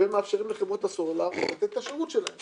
ומאפשרים לחברות הסלולר לתת את השירות שלהן